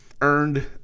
earned